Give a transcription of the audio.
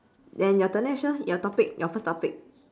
then your turn eh shir your topic your first topic